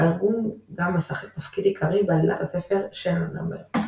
הארגון גם משחק תפקיד עיקרי בעלילת הספר "שן הנמר".